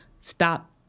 Stop